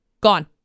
Gone